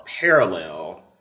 parallel